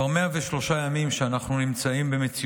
נעבור לנושא